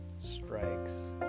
strikes